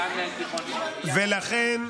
זה לא משנה.